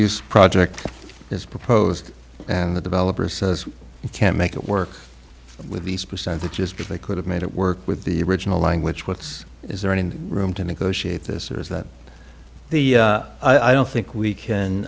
use project is proposed and the developer says you can't make it work with these percentages because they could have made it work with the original language what's is there any room to negotiate this or is that the i don't think we can